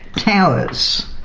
towers.